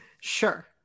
Sure